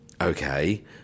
okay